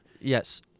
Yes